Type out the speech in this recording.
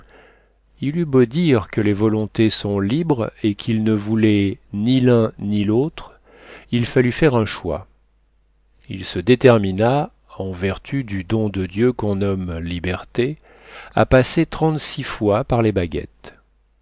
il eut beau dire que les volontés sont libres et qu'il ne voulait ni l'un ni l'autre il fallut faire un choix il se détermina en vertu du don de dieu qu'on nomme liberté à passer trente-six fois par les baguettes